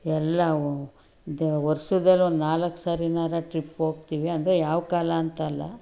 ಎಲ್ಲವೂ ಮತ್ತು ವರ್ಷದಲ್ಲಿ ಒಂದು ನಾಲ್ಕು ಸಾರಿನಾದ್ರೂ ಟ್ರಿಪ್ಪಿಗೆ ಹೋಗ್ತೀವಿ ಅಂದರೆ ಯಾವ ಕಾಲ ಅಂತಲ್ಲ